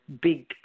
big